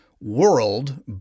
world